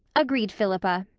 agreed philippa,